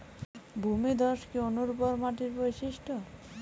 ভূমিধস কি অনুর্বর মাটির বৈশিষ্ট্য?